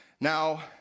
Now